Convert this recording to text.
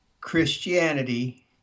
Christianity